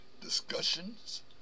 discussions